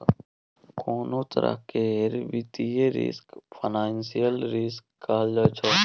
कोनों तरह केर वित्तीय रिस्क फाइनेंशियल रिस्क कहल जाइ छै